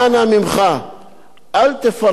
אל תפרסם את שמי.